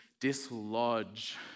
dislodge